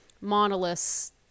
monoliths